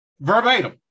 verbatim